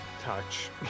touch